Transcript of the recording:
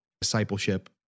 discipleship